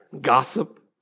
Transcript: gossip